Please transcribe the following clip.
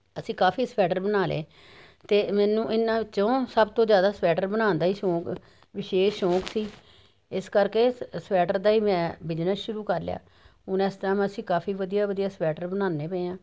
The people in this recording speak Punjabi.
ਅਸੀਂ ਕਾਫ਼ੀ ਸਵੈਟਰ ਬਣਾ ਲੇ ਤੇ ਮੈਨੂੰ ਇਹਨਾਂ ਵਿੱਚੋਂ ਸਭ ਤੋਂ ਜਿਆਦਾ ਸਵੈਟਰ ਬਣਾਨ ਦਾ ਈ ਸ਼ੌਂਕ ਵਿਸ਼ੇਸ਼ ਸ਼ੌਂਕ ਸੀ ਇਸ ਕਰਕੇ ਸਵੈਟਰ ਦਾ ਈ ਮੈਂ ਬਿਜ਼ਨਸ ਸ਼ੁਰੂ ਕਰ ਲਿਆ ਹੁਣ ਐਸ ਟੈਮ ਅਸੀਂ ਕਾਫ਼ੀ ਵਧੀਆ ਵਧੀਆ ਸਵੈਟਰ ਬਣਾਂਦੇ ਪਏ ਆਂ